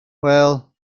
well